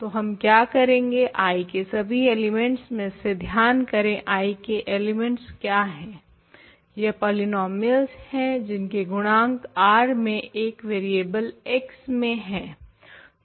तो हम क्या करेंगे I के सभी एलिमेंट्स में से ध्यान करें I के एलिमेंट्स क्या हैं यह पॉलीनोमियल्स हैं जिनके गुणांक R में एक वेरियेबल x में हैं